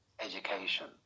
education